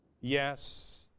Yes